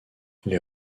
les